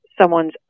someone's